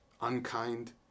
unkind